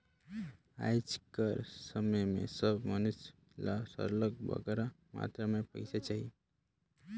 आएज कर समे में सब मइनसे ल सरलग बगरा मातरा में पइसा चाही